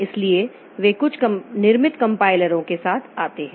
इसलिए वे कुछ निर्मित कंपाइलरों के साथ आते हैं